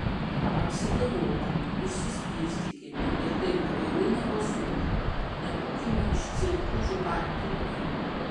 apsigalvokime išsiskirstykime ir taip kvailai nebalsuokime nebūkime iš cielkučių partijos